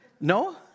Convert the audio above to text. No